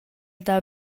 dar